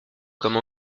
comme